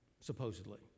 supposedly